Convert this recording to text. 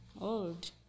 old